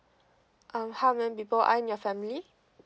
um how many people are in your family